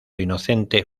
inocente